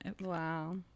Wow